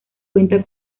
cuenta